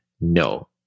no